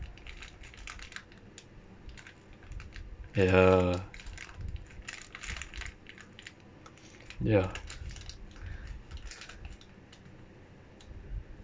ya ya